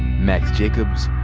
max jacobs,